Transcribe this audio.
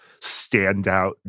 standout